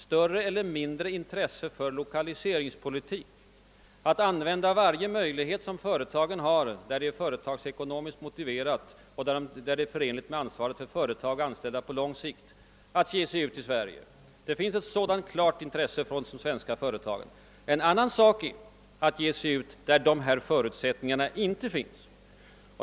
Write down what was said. Att ha intresse för lokaliseringspolitik innebär, att man är beredd att utnyttja varje möjlighet att, där det är företagsekonomiskt motiverat och förenligt med ansvaret för företagen och de anställda på lång sikt, lokalisera ute i Sverige. Det finns ett klart sådant intresse hos svenska företag. En helt annan sak är att ge sig ut, där dessa förutsättningar inte finns.